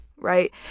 right